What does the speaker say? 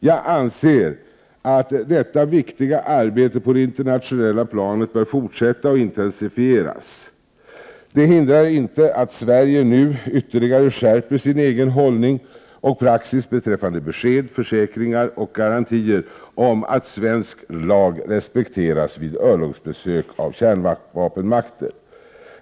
Jag anser att detta viktiga arbete på det internationella planet bör fortsätta och intensifieras. Detta hindrar inte att Sverige nu ytterligare skärper sin egen hållning och praxis beträffande besked, försäkringar och garantier om att svensk lag respekteras vid örlogsbesök av kärnvapenmakter.